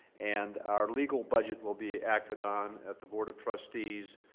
and our legal budget will be acted on at the board of trustees